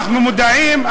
אנחנו מודעים,